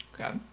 Okay